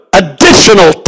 additional